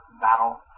battle